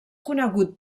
conegut